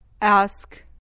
Ask